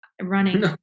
running